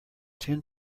ten